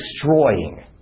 destroying